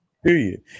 Period